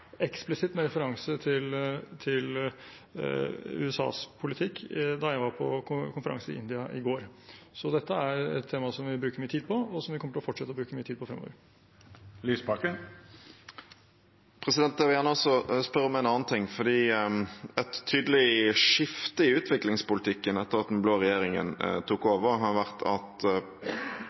eksplisitt med referanse til USAs politikk da jeg var på konferanse i India i går. Dette er et tema vi bruker mye tid på, og som vi kommer til å fortsette å bruke mye tid på fremover. Jeg vil gjerne også spørre om en annen ting, fordi et tydelig skifte i utviklingspolitikken etter at den blå regjeringen tok over, har vært at